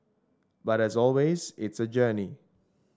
but as always it's a journey